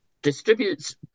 distributes